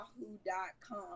Yahoo.com